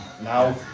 now